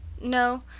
No